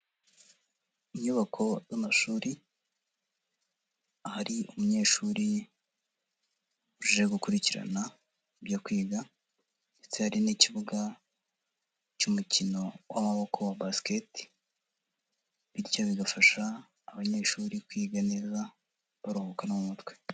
Inyubako y'amashuri, ahari umunyeshuri uje gukurikirana ibyo kwiga ndetse hari n'ikibuga cy'umukino w'amaboko wa basiketi bityo bigafasha abanyeshuri kwiga neza baruhuka mu mutwe.